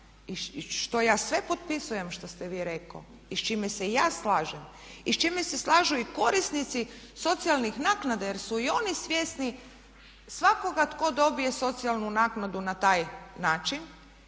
što ja sve potpisujem što ste vi rekli i s čime se i ja slažem i s čime se slažu i korisnici socijalnih naknada jer su i oni svjesni svakoga tko dobije socijalnu naknadu na taj način